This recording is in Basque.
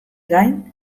gain